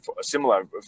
similar